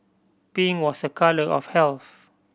pink was a colour of health